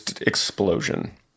explosion